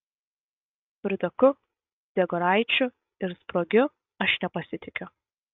priudoku dziegoraičiu ir spruogiu aš nepasitikiu